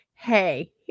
Hey